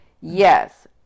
Yes